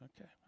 Okay